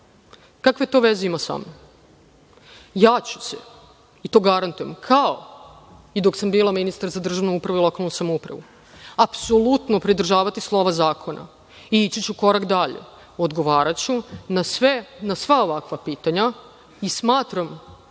Kakve to veze ima sa mnom? Ja ću se, i to garantujem, kao i dok sam bila ministar za državnu upravu i lokalnu samoupravu, apsolutno pridržavati slova zakona i ići ću korak dalje. Odgovaraću na sva ovakva pitanja i smatram